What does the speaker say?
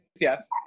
yes